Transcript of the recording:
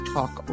Talk